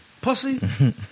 pussy